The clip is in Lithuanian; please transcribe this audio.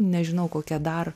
nežinau kokia dar